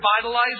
revitalize